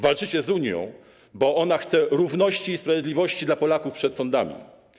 Walczycie z Unią, bo ona chce równości i sprawiedliwości dla Polaków przed sądami.